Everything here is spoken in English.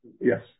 Yes